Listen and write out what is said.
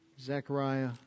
Zechariah